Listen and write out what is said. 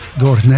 door